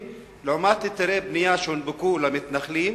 לעומת היתרי בנייה שהונפקו למתנחלים?